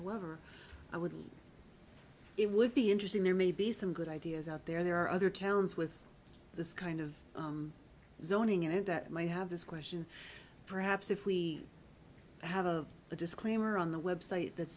however i would leave it would be interesting there may be some good ideas out there there are other towns with this kind of zoning in it that might have this question perhaps if we have a disclaimer on the website that